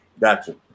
Gotcha